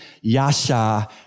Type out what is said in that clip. Yasha